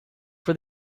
for